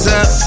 up